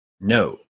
no